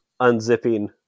unzipping